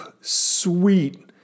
sweet